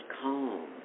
calm